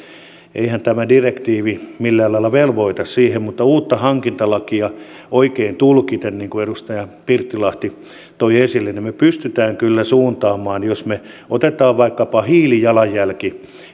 eihän tämä direktiivi millään lailla velvoita siihen mutta uutta hankintalakia oikein tulkiten niin kuin edustaja pirttilahti toi esille me pystymme kyllä suuntaamaan jos me otamme vaikkapa hiilijalanjäljen